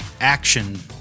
action